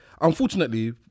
unfortunately